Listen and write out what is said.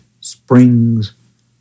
springs